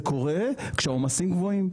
זה קורה כשהעומסים גבוהים,